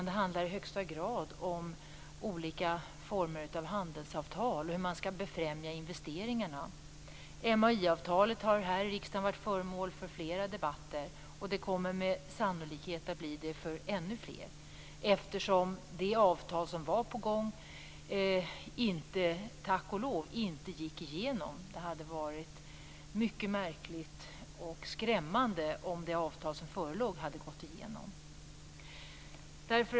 Det handlar i högsta grad om olika former av handelsavtal och hur man skall befrämja investeringarna. MAI-avtalet har här i riksdagen varit föremål för flera debatter, och det kommer sannolikt att bli det för ännu fler, eftersom det avtal som var på gång tack och lov inte gick igenom. Det hade varit mycket märkligt och skrämmande om det avtal som förelåg hade gått igenom.